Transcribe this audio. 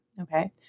Okay